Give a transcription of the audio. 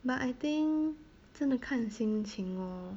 but I think 真的看心情哦